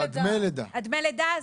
דמי לידה.